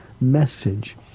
message